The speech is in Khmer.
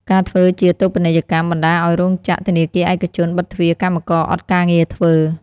ការធ្វើជាតូបនីយកម្ម បណ្តាលឲ្យរោងចក្រ ធនាគារឯកជនបិតទ្វារកម្មករអត់ការងារធ្វើ។